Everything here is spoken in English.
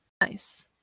nice